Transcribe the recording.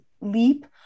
leap